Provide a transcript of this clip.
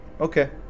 Okay